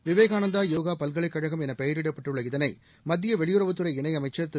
Vivekananda yoga பல்கலைக் கழகம் என பெயரிடப்பட்டுள்ள இதனை மத்திய வெளியுறவுத்துறை இணையம்சர் திரு